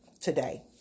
today